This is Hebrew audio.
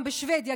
גם בשבדיה,